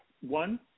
One